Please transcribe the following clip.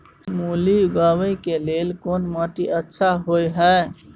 मूली उगाबै के लेल कोन माटी अच्छा होय है?